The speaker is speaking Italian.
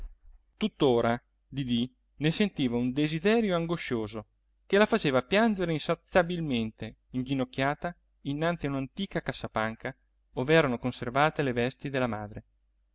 tuttora didì ne sentiva un desiderio angoscioso che la faceva piangere insaziabilmente inginocchiata innanzi a un antica cassapanca ov'erano conservate le vesti della madre